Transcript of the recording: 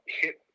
hit